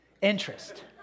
Interest